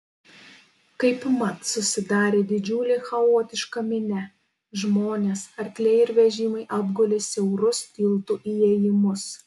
kaipmat susidarė didžiulė chaotiška minia žmonės arkliai ir vežimai apgulė siaurus tiltų įėjimus